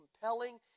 compelling